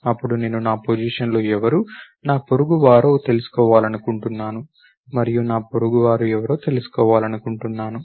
అప్పుడు నేను నా పొజిషన్లో ఎవరు నా పొరుగువారో తెలుసుకోవాలనుకుంటున్నాను మరియు నా పొరుగువారు ఎవరో తెలుసుకోవాలనుకుంటున్నాను